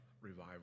revival